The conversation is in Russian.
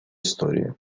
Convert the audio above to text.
истории